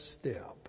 step